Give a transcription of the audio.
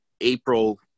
April